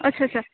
ਅੱਛਾ ਅੱਛਾ